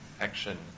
action